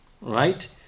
right